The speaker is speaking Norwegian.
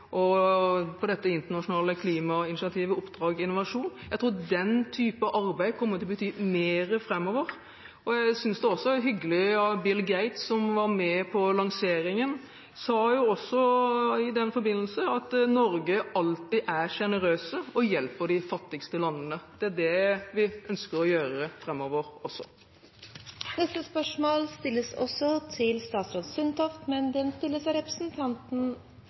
dette internasjonale klimainitiativet, «Oppdrag Innovasjon», gjør at jeg tror den type arbeid kommer til å bety mer framover. Jeg synes også det var hyggelig at Bill Gates, som var med på lanseringen, i den forbindelse sa at Norge alltid er generøs og hjelper de fattigste landene. Det er det vi ønsker å gjøre